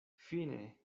fine